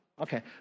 Okay